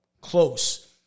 Close